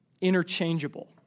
interchangeable